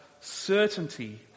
certainty